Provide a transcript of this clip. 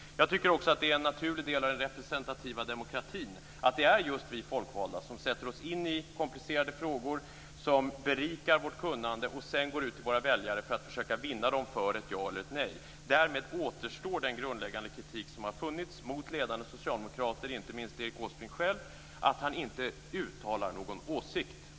Jag tycker också att det är en naturlig del av den representativa demokratin att det är just vi folkvalda som sätter oss in i komplicerade frågor, berikar vårt kunnande och sedan går ut till våra väljare för att försöka vinna dem för ett ja eller ett nej. Därmed återstår den grundläggande kritik som har funnits mot ledande socialdemokrater, inte minst mot Erik Åsbrink själv, för att de inte uttalar någon åsikt.